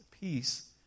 peace